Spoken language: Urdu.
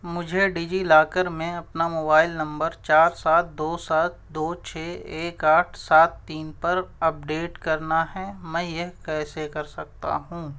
مجھے ڈی جی لاکر میں اپنا موبائل نمبر چار سات دو سات دو چھ ایک آٹھ سات تین پر اپڈیٹ کرنا ہیں میں یہ کیسے کر سکتا ہوں